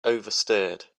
oversteered